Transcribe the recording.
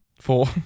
Four